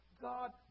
God